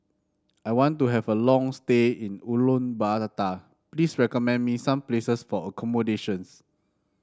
I want to have a long stay in Ulaanbaatar please recommend me some places for accommodations